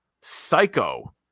Psycho